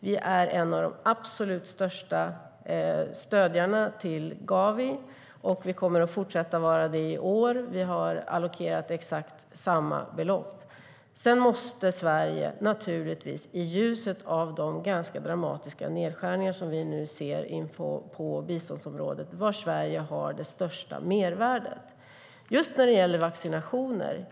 Vi är en av de absolut största stödjarna till Gavi, vi kommer att fortsätta att vara det i år och vi har allokerat exakt samma belopp. Sedan måste Sverige, naturligtvis i ljuset av de dramatiska nedskärningarna på biståndsområdet, se på var det största mervärdet finns.